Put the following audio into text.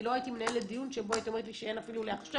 כי לא הייתי מנהלת דיון שבו היית אומרת לי שאין אפילו לעכשיו.